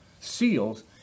seals